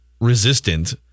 resistant